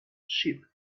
sheep